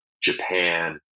Japan